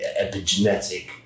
epigenetic